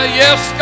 yes